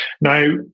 now